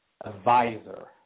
advisor